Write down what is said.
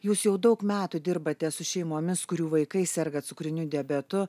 jūs jau daug metų dirbate su šeimomis kurių vaikai serga cukriniu diabetu